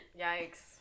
Yikes